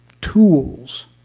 tools